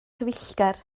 cyfeillgar